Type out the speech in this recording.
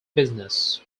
business